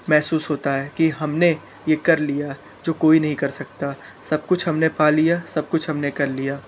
महसूस होता है कि हमने ये कर लिया जो कोई नहीं कर सकता सब कुछ हमने पा लिया सब कुछ हमने कर लिया